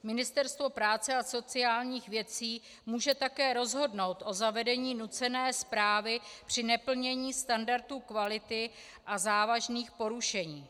Ministerstvo práce a sociálních věcí může také rozhodnout o zavedení nucené správy při neplnění standardů kvality a závažných porušení.